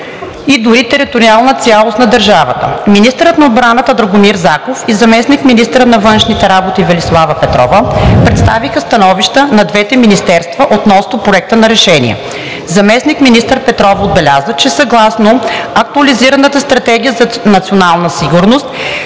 и дори териториалната цялост на държавата. Министърът на отбрана Драгомир Заков и заместник-министърът на външните работи Велислава Петрова представиха становища на двете министерства относно Проекта на решение. Заместник-министър Петрова отбеляза, че съгласно Актуализираната стратегия за национална сигурност,